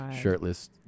shirtless